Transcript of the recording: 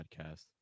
podcast